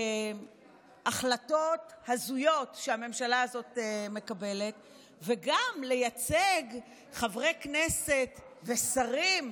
החלטות הזויות שהממשלה הזאת מקבלת וגם לייצג חברי כנסת ושרים,